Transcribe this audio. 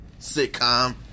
sitcom